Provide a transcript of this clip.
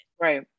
right